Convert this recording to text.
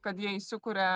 kad jie įsikuria